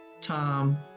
Tom